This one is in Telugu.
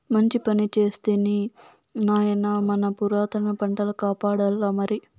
మంచి పని చేస్తివి నాయనా మన పురాతన పంటల కాపాడాల్లమరి